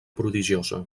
prodigiosa